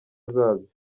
zabyo